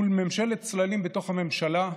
מול ממשלת צללים בתוך הממשלה,